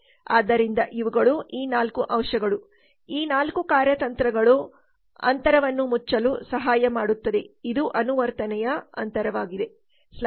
ಆದ್ದರಿಂದ ಇವುಗಳು ಈ 4 ಅಂಶಗಳು ಈ 4 ಕಾರ್ಯತಂತ್ರಗಳು ಅಂತರವನ್ನು ಮುಚ್ಚಲು ಸಹಾಯ ಮಾಡುತ್ತದೆ ಇದು ಅನುವರ್ತನೆಯ ಅಂತರವಾಗಿದೆ